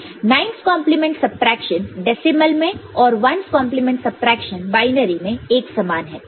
9's complement subtraction decimal में और 1's complement subtraction binary में एक समान है